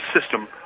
system